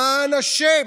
למען השם,